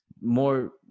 more